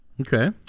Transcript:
Okay